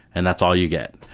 and that's all you get.